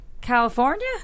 California